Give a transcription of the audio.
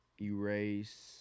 erase